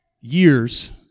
years